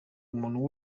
umuntu